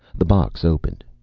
the box opened.